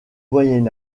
moyen